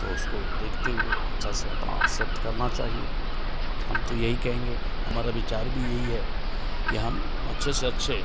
तो उसको देखते हुए अच्छे से अपना शिफ्ट करना चाहिए हम तो यही कहेंगे हमारा विचार भी यही है कि हम अच्छे से अच्छे